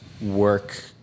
work